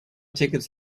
tickets